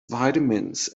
vitamins